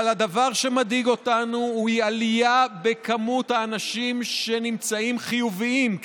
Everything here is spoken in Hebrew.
אבל הדבר שמדאיג אותנו הוא העלייה במספר האנשים שנמצאים חיוביים,